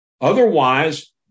Otherwise